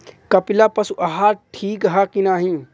कपिला पशु आहार ठीक ह कि नाही?